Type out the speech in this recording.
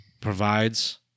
provides